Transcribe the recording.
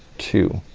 two,